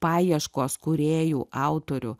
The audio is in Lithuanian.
paieškos kūrėjų autorių